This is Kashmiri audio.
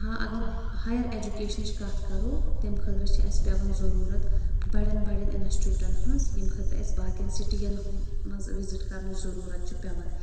ہاں اگر ہایر ایجوٗکیشنٕچ کتھ کرو تمہِ خأطرٕ چھ اَسہِ پٮ۪وان ضروٗرت بڈٮ۪ن بڈٮ۪ن اِنسچوٗٹن ۂنٛز ییٚمہِ خأطرٕ اَسہِ باقین سِٹین منٛز وِزِٹ کرنٕچ ضروٗرَت چھ پٮ۪وان